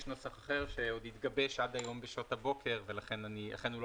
יש נוסח אחר שהתגבש עד היום בשעות הבוקר ולכן הוא לא